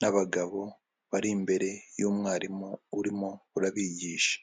n'abagabo bari imbere y'umwarimu urimo urabigisha.